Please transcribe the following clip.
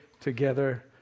together